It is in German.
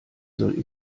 soll